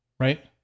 right